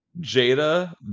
Jada